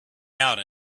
out